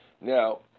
Now